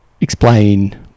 explain